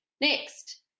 Next